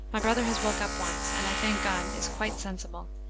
my brother has woke up once, and, i thank god, is quite sensible.